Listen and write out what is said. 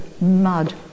Mud